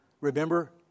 remember